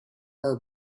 wore